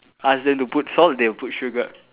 ask them to put salt they'll put sugar